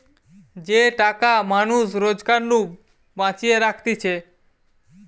যে টাকা মানুষ রোজগার নু বাঁচিয়ে রাখতিছে